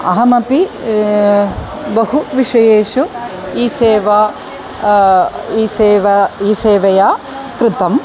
अहमपि बहु विषयेषु ई सेवा ई सेवा ई सेवा कृता